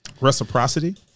reciprocity